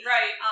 Right